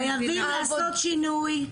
חייבים לעשות שינוי.